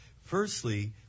Firstly